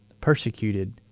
persecuted